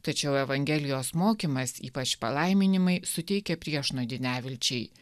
tačiau evangelijos mokymas ypač palaiminimai suteikia priešnuodį nevilčiai